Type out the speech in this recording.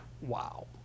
wow